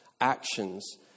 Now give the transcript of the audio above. actions